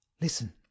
Listen